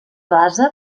base